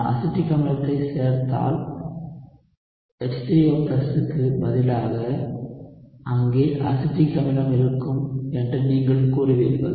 நான் அசிட்டிக் அமிலத்தைச் சேர்த்தால் H3O க்கு பதிலாக அங்கே அசிட்டிக் அமிலம் இருக்கும் என்று நீங்கள் கூறுவீர்கள்